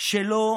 שלא